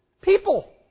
people